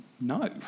no